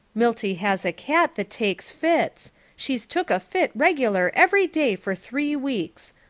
milty has a cat that takes fits. she's took a fit regular every day for three weeks.